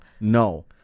no